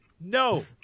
No